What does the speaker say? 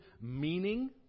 meaning